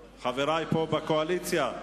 רבה,